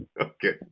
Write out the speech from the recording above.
Okay